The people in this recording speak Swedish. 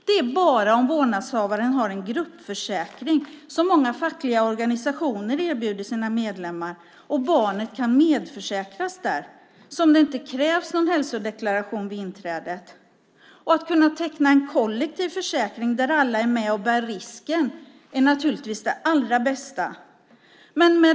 Det är bara om vårdnadshavaren har en gruppförsäkring som många fackliga organisationer erbjuder sina medlemmar och barnet kan medförsäkras som det inte krävs någon hälsodeklaration vid inträdet. Att kunna teckna en kollektiv försäkring där alla är med och bär risken är naturligtvis det allra bästa.